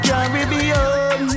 Caribbean